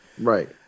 Right